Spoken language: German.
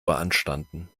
beanstanden